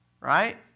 right